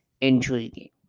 intriguing